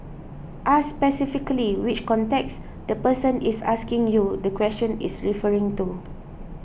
ask specifically which context the person is asking you the question is referring to